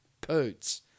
Poots